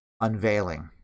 unveiling